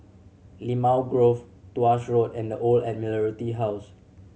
Limau Grove Tuas Road and The Old Admiralty House